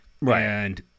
Right